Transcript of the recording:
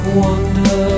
wonder